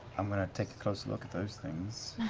i'm going to take a closer look at those things.